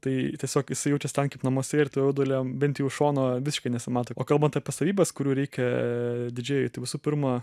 tai tiesiog jisai jaučias ten kaip namuose ir to jaudulio bent jau iš šono visiškai nesimato o kalbant apie savybes kurių reikia didžėjui visų pirma